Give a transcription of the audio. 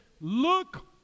look